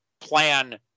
plan